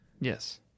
Yes